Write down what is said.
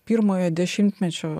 pirmojo dešimtmečio